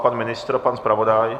Pan ministr, pan zpravodaj?